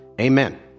Amen